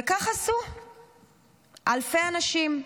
וכך עשו אלפי אנשים.